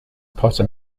potter